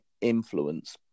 influence